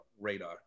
radar